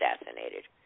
assassinated